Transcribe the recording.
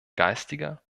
geistiger